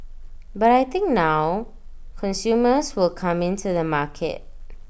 but I think now consumers will come in to the market